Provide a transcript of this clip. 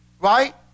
right